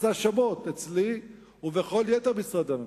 עשה שמות אצלי ובכל יתר משרדי הממשלה.